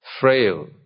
frail